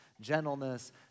gentleness